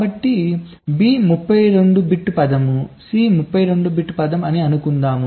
కాబట్టి B 32 bit పదం C 32 bit పదం అని అనుకుందాం